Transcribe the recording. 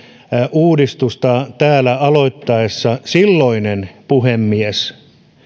uudistusta täällä aloittaessaan silloinen puhemies